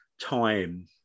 time